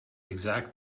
exact